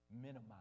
minimize